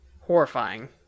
horrifying